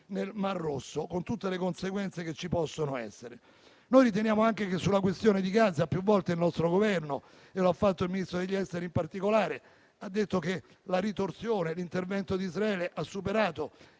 nel mar Rosso, con tutte le conseguenze che ci possono essere. Sulla questione di Gaza, più volte il nostro Governo - e lo ha fatto il ministro degli esteri in particolare - ha detto che la ritorsione, l'intervento di Israele, ha superato